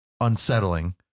Unsettling